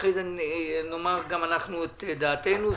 ואחרי זה נאמר גם אנחנו את דעתנו.